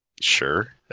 sure